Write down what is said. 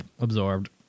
absorbed